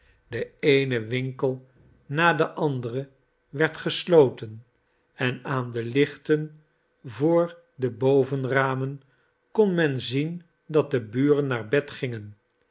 de eene winkel na de andere werd gesloten en aan de lichten voor de bovenramen kon men zien dat de buren naar bed gingen